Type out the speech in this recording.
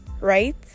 right